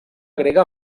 grega